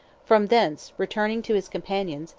from thence, returning to his companions,